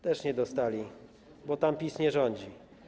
Też nie dostali, bo tam PiS nie rządzi.